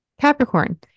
Capricorn